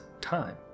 time